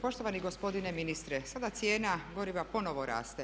Poštovani gospodine ministre, sada cijena goriva ponovo raste.